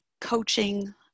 coaching